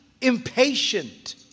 impatient